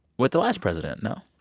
with the last president, no?